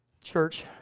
Church